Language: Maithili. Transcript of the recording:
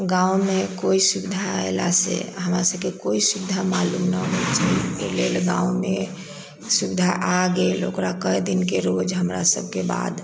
गाँव मे कोइ सुविधा अयला से हमरा सबके कोइ सुविधा मालूम न होइ छै ओहिलेल गाँव मे सुविधा आ गेल ओकरा कए दिनके रोज हमरा सबके बाद